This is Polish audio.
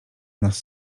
nas